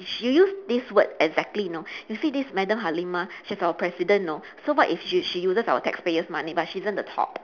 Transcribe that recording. she used this word exactly you know you see this madam halimah she's our president you know so what if she she uses our taxpayer's money but she isn't the top